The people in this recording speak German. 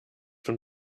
von